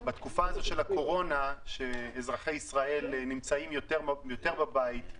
בתקופה של הקורונה שאזרחי ישראל נמצאים יותר בבית,